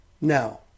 Now